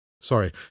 Sorry